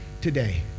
today